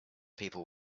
people